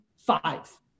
Five